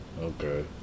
Okay